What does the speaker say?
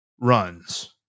runs